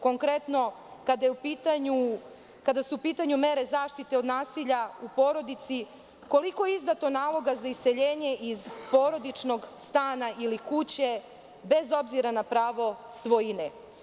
Konkretno kada su u pitanju mere zaštite od nasilja u porodici, koliko je izdato naloga za iseljenje iz porodičnog stana ili kuće bez obzira na pravo svojine?